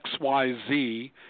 XYZ